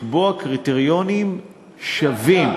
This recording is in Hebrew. לקבוע קריטריונים שווים,